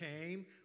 came